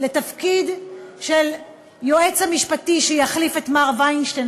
לתפקיד היועץ המשפטי שיחליף את מר וינשטיין,